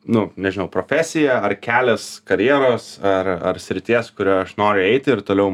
nu nežinau profesija ar kelias karjeros ar ar srities kuria aš noriu eiti ir toliau